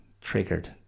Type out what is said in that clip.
triggered